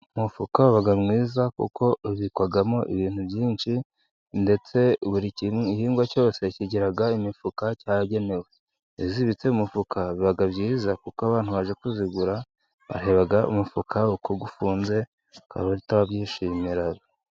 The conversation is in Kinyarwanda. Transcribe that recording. Umufuka uba mwiza, kuko ubikwamo ibintu byinshi, ndetse buri gihingwa cyose kigira imifuka cyagenewe, iyo uyibitse mu mufuka biba byiza, kuko abantu baje kuyigura bareba umufuka uko ufunze, bagahita babyishimira.